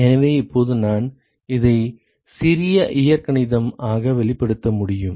எனவே இப்போது நான் இதை சிறிய இயற்கணிதம் ஆக வெளிப்படுத்த முடியும்